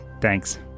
Thanks